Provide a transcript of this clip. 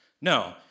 No